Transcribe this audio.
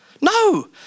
No